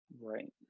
Right